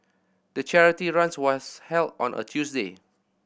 the charity runs was held on a Tuesday